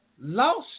lost